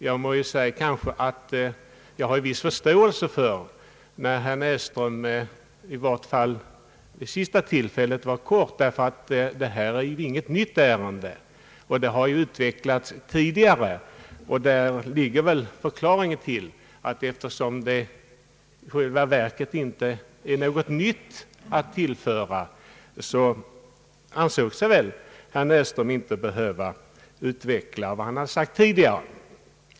Jag har viss förståelse för att herr Näsström fattade sig kort, i varje fall vid det senaste tillfället när denna fråga behandlades. Det är nämligen inget nytt ärende, utan det har varit föremål för debatt tidigare. Förklaringen till att herr Näsström inte ansåg sig behöva utveckla frågan närmare ligger väl däri att det i själva verket inte fanns något nytt att tillföra.